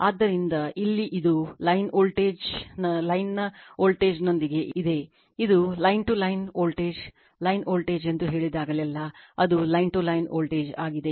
ಆದ್ದರಿಂದ ಇಲ್ಲಿ ಇದು ಲೈನ್ ವೋಲ್ಟೇಜ್ನ ಲೈನ್ ನ ವೋಲ್ಟೇಜ್ನೊಂದಿಗೆ ಇದೆ ಇದು line to line voltage line voltage ಎಂದು ಹೇಳಿದಾಗಲೆಲ್ಲಾ ಅದು ಲೈನ್ ಟು ಲೈನ್ ವೋಲ್ಟೇಜ್ ಆಗಿದೆ